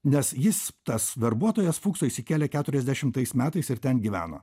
nes jis tas darbuotojas fukso išsikėlė keturiasdešimtais metais ir ten gyveno